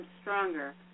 stronger